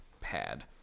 pad